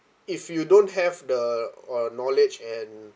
if you don't have the or knowledge and